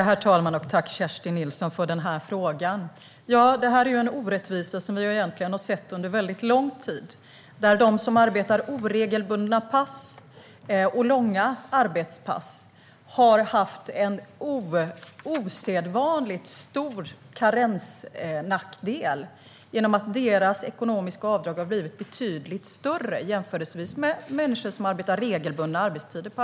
Herr talman! Tack för frågan, Kerstin Nilsson! Detta är en orättvisa vi egentligen har sett under väldigt lång tid: att de som arbetar oregelbundna och långa arbetspass har haft en osedvanligt stor karensnackdel genom att deras ekonomiska avdrag har blivit betydligt större jämfört med människor på arbetsmarknaden som har regelbundna arbetstider.